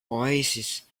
oasis